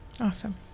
Awesome